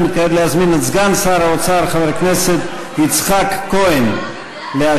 אני מתכבד להזמין את סגן שר האוצר חבר הכנסת יצחק כהן להשיב.